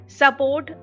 support